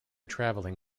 travelling